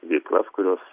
veiklas kurios